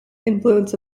influence